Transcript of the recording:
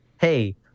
hey